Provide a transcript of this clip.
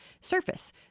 Surface